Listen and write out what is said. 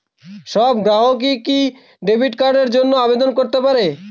সব গ্রাহকই কি ডেবিট কার্ডের জন্য আবেদন করতে পারে?